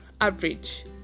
average